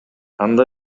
анда